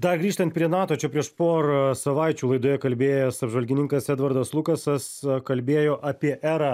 dar grįžtant prie nato čia prieš porą savaičių laidoje kalbėjęs apžvalgininkas edvardas lukasas kalbėjo apie erą